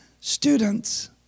students